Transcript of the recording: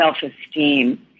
self-esteem